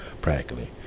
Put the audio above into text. practically